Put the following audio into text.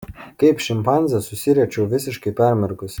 kaip šimpanzė susiriečiau visiškai permirkusi